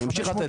אני ממשיך לתת.